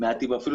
אפילו